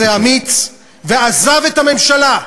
עשה מעשה אמיץ ועזב את הממשלה.